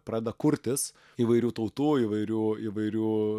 pradeda kurtis įvairių tautų įvairių įvairių